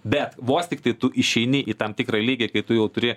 bet vos tiktai tu išeini į tam tikrą lygį kai tu jau turi